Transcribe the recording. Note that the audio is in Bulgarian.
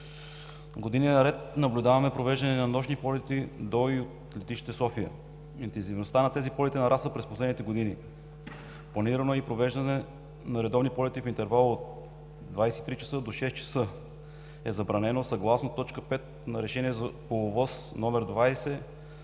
години наред наблюдаваме провеждане на нощни полети до и от летище София. Интензивността на тези полети нараства през последните години. Планиране и провеждане на редовни полети в интервала от 23,00 до 6,00 ч. е забранено съгласно т. 5 на Решение по ОВОС № 20-5